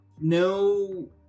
no